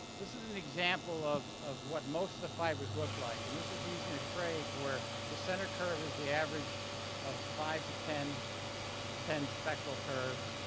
this is an example of of what most of the fibers look like and this is used in a craic where the center curve is the average of five to ten ten spectral curves.